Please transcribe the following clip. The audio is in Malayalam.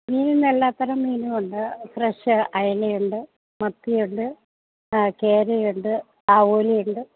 മീൻ ഇന്നെല്ലാ തരം മീനും ഉണ്ട് ഫ്രഷ് അയിലയുണ്ട് മത്തിയുണ്ട് ആ കേരയുണ്ട് ആവോലിയുണ്ട്